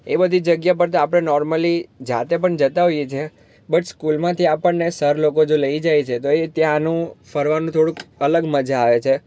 એ બધી જગ્યા પર તો આપણે નૉર્મલી જાતે પણ જતા હોઈએ છે બટ સ્કૂલમાંથી આપણને સર લોકો જો લઈ જાય છે તો એ ત્યાંનું ફરવાનું થોડુંક અલગ મજા આવે છે